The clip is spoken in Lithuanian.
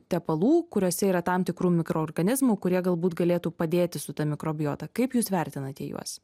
tepalų kuriuose yra tam tikrų mikroorganizmų kurie galbūt galėtų padėti su ta mikrobiota kaip jūs vertinate juos